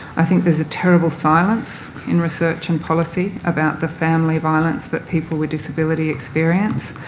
i think there's a terrible silence in research and policy about the family violence that people with disability experience,